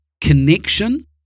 connection